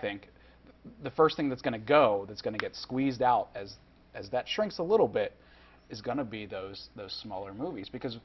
think the first thing that's going to go that's going to get squeezed out as as that shrinks a little bit is going to be those those smaller movies because